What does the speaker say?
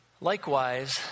Likewise